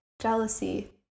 jealousy